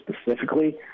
specifically